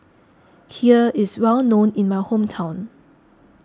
Kheer is well known in my hometown